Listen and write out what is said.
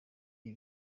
ibi